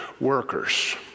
workers